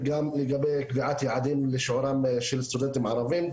וגם לגבי קביעת יעדים לשיעורם של סטודנטים ערבים,